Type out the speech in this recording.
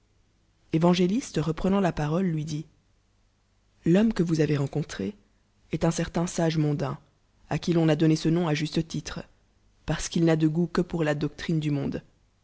évangéliste reprenant la parole lui dit l'homme que vous avez rencontré est un certain sage mondain r à qui l'ou a douné ce nom à justetitre parce qu'il n'a de goût que pour la doctrine du monde